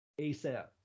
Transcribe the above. ASAP